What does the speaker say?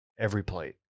EveryPlate